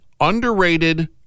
underrated